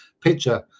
picture